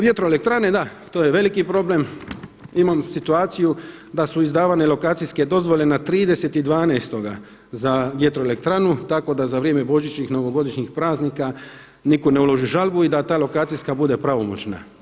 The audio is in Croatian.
Vjetroelektrane, da, to je veliki problem, imamo situaciju da su izdavane lokacijske dozvole na 30.12. za vjetroelektranu tako da za vrijeme božićnih i novogodišnjih praznika nitko ne uloži žalbu i da ta lokacijska bude pravomoćna.